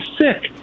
sick